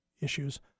issues